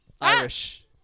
Irish